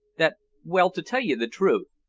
that well, to tell you the truth,